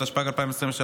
התשפ"ג 2023,